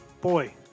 Boy